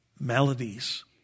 maladies